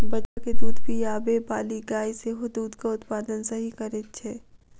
बच्चा के दूध पिआबैबाली गाय सेहो दूधक उत्पादन सही करैत छै